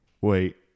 Wait